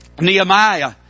Nehemiah